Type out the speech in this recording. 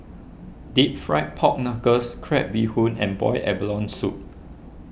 Deep Fried Pork Knuckles Crab Bee Hoon and Boiled Abalone Soup